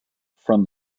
from